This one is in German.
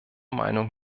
meinung